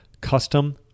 custom